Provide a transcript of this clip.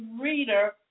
reader